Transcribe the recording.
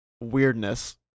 weirdness